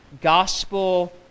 gospel